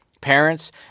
parents